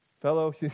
fellow